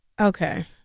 Okay